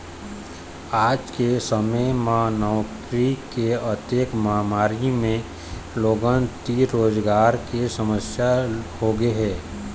आज के समे म नउकरी के अतेक मारामारी हे के लोगन तीर रोजगार के समस्या होगे हे